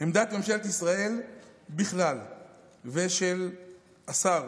העמדה של ממשלת ישראל בכלל ושל השר